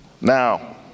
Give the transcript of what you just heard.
now